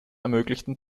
ermöglichten